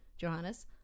johannes